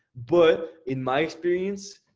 but in my experience,